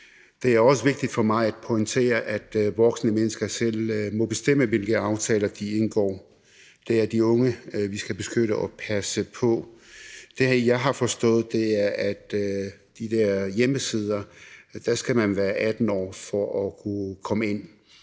Det er også vigtigt for mig at pointere, at voksne mennesker selv må bestemme, hvilke aftaler de indgår. Det er de unge, som vi skal beskytte og passe på. Det, jeg har forstået, er, at på de her hjemmesider skal man være 18 år for at kunne komme ind.